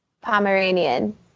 Pomeranian